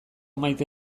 maite